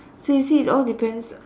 so you see it all depends